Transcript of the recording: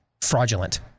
fraudulent